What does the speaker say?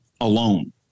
alone